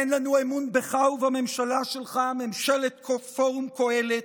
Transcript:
אין לנו אמון בך ובממשלה שלך, ממשלת פורום קהלת,